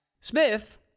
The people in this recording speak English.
Smith